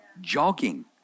jogging